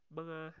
mga